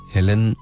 Helen